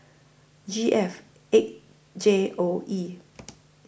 G F eight J O E